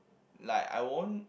like I won't